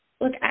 Look